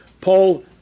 Paul